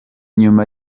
nyuma